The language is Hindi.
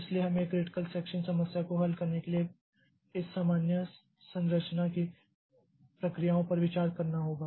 इसलिए हमें क्रिटिकल सेक्षन समस्या को हल करने के लिए इस सामान्य संरचना की प्रक्रियाओं पर विचार करना होगा